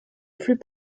plus